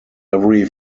every